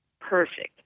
perfect